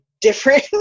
different